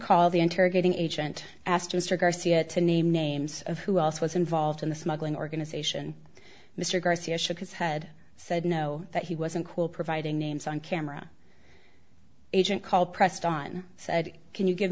called the interrogating agent asked mr garcia to name names of who else was involved in the smuggling organization mr garcia shook his head said no that he wasn't cool providing names on camera agent called pressed on said can you give